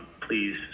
please